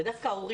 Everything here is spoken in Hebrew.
להורים,